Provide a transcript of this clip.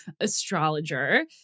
astrologer